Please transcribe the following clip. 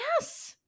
Yes